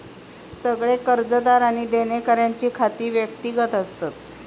सगळे कर्जदार आणि देणेकऱ्यांची खाती व्यक्तिगत असतत